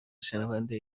شنونده